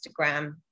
Instagram